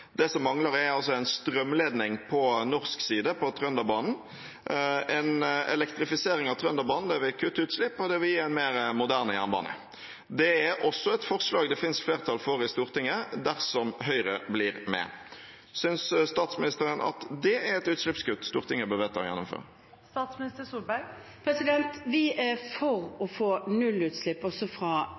Det som mangler, er en strømledning på norsk side, på Trønderbanen. En elektrifisering av Trønderbanen vil kutte utslipp, og det vil gi en mer moderne jernbane. Det er også et forslag det finnes flertall for i Stortinget dersom Høyre blir med. Synes statsministeren at det er et utslippskutt Stortinget bør vedta å gjennomføre? Vi er for å få nullutslipp også fra